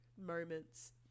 moments